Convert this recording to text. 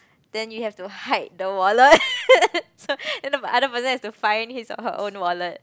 then you have to hide the wallet then the other person has to find his or her own wallet